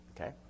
okay